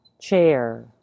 chair